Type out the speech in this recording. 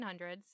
1900s